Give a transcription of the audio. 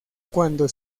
cuando